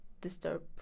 disturb